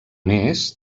més